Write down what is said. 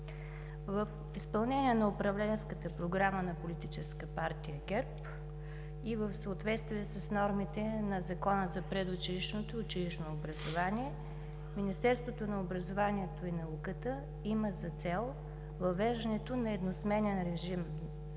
В изпълнение на управленската програма на Политическа партия ГЕРБ и в съответствие с нормите на Закона за предучилищното и училищно образование Министерството на образованието и науката има за цел въвеждането на едносменен режим на